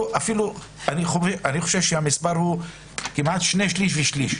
אני חושב שהמספר הוא כמעט שני שלישים ושליש.